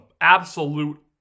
absolute